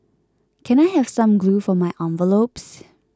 can I have some glue for my envelopes